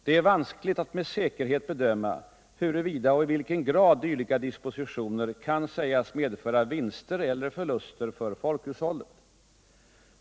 Det är vanskligt att med säkerhet bedöma huruvida och i vilken grad dylika dispositioner kan sägas medföra vinster eller förluster för folkhushållet.